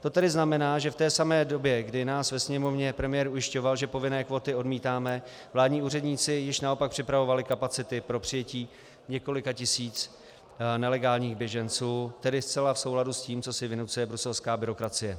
To tedy znamená, že v té samé době, kdy nás ve Sněmovně premiér ujišťoval, že povinné kvóty odmítáme, vládní úředníci již naopak připravovali kapacity pro přijetí několika tisíc nelegálních běženců, tedy zcela v souladu s tím, co si vynucuje bruselská byrokracie.